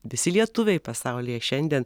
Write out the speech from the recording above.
visi lietuviai pasaulyje šiandien